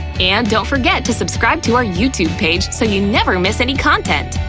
and don't forget to subscribe to our youtube page so you never miss any content!